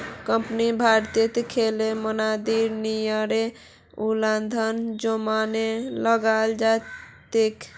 कंपनीक भारतीय लेखा मानदंडेर नियमेर उल्लंघनत जुर्माना लगाल जा तेक